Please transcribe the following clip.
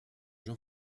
jean